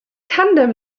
tandem